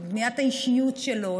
לבניית האישיות שלו,